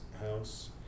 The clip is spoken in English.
house